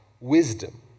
wisdom